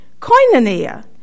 koinonia